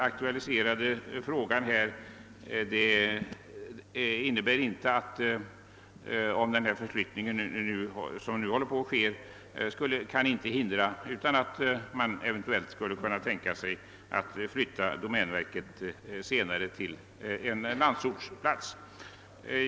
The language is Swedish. Statsrådet säger att tillkomsten av den nya byggnaden i Solna inte innebär något hinder för en senare utflyttning av domänverket till någon plats i landsorten.